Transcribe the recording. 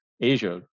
Asia